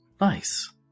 Nice